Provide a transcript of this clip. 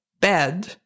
bed